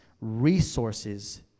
resources